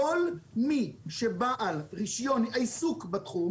כל מי שבעל רישיון העיסוק בתחום